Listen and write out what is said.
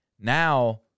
now